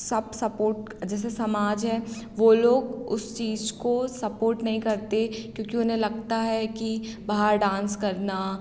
सब सपोर्ट जैसे समाज है वो लोग उस चीज़ को सपोर्ट नहीं करते क्योंकि उन्हें लगता है कि बाहर डांस करना